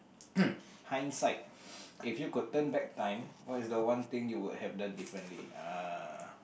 hindsight if you could turn back time what is the one thing you would have done differently ah